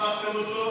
הפכתם אותו.